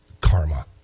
karma